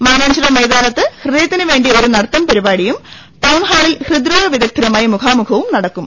മാനാഞ്ചിറ മൈതാനത്ത് ഹൃദയത്തിന് വേണ്ടി ഒരു നടത്തം പരിപാടിയും ടൌൺഹാളിൽ ഹൃദ്രോഗ വിദഗ്ധരുമായി മുഖാമുഖവും നടക്കും